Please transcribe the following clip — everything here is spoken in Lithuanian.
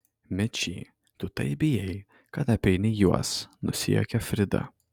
mečy tu taip bijai kad apeini juos nusijuokė frida